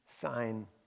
sign